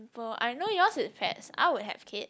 prefer I know yours is pets I would have kid